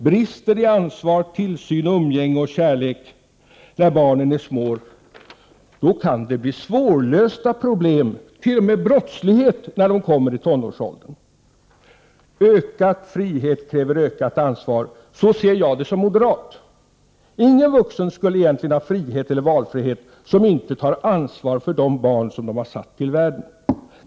Brister i fråga om ansvar, tillsyn, umgänge och kärlek när barnen är små, kan leda till svårlösta problem, t.o.m. brottslighet, när barnen kommer i tonårsåldern. Ökad frihet kräver ökat ansvar. Så ser jag det som moderat. Ingen vuxen skulle egentligen ha frihet eller valfrihet som inte tar ansvar för de barn som den satt till världen.